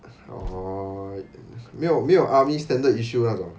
没有没有 army standard issue 那种